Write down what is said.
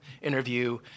interview—